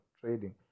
trading